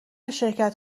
شرکت